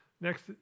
Next